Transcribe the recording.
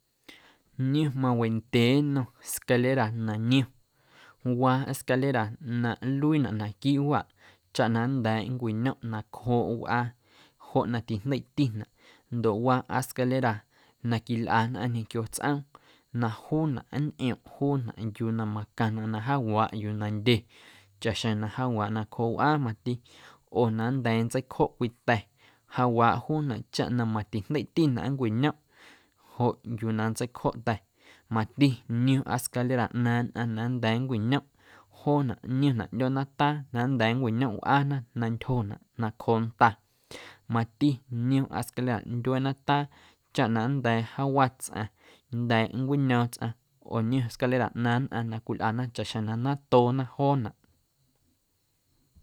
Niom mawendyee nnom scalera na niom waa scalera na nluiinaꞌ naquiiꞌ waꞌ chaꞌ na nnda̱a̱ nncwiñomꞌ nacjooꞌ wꞌaa joꞌ na tijndeitinaꞌ ndoꞌ waa ꞌaascalera na quilꞌa nnꞌaⁿ ñequio tsꞌoom na juunaꞌ nntꞌiomꞌ juunaꞌ yuu na macaⁿnaꞌ na jawaaꞌ yuu na ndye chaꞌxjeⁿ na jawaaꞌ nacjooꞌ wꞌaa mati oo na nnda̱a̱ nntseicjoꞌ cwii ta̱ jawaaꞌ juunaꞌ chaꞌ na matijndeiꞌtinaꞌ nncweꞌñomꞌ joꞌ yuu na nntseicjoꞌ ta̱ mati niom ꞌaascalera ꞌnaaⁿ nnꞌaⁿ na nnda̱a̱ nncweꞌñomꞌ joonaꞌ niomnaꞌ ꞌndyoo nataa na nnda̱a̱ nncweꞌñomꞌ wꞌaana na ntyjonaꞌ nacjooꞌ nta, mati niom ꞌaascalera ndyuee nataa chaꞌ na nnda̱a̱ jaawa tsꞌaⁿ nnda̱a̱ nncweꞌñoom tsꞌaⁿ oo niom ꞌaascalera ꞌnaaⁿ nnꞌaⁿ na cwilꞌana chaꞌxjeⁿ na natoona joonaꞌ.